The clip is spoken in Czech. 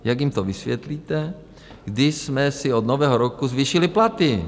Jak jim to vysvětlíte, kdy jsme si od Nového roku zvýšili platy?